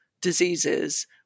diseases